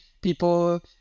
people